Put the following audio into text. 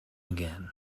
again